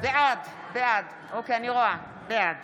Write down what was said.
בעד